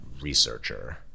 researcher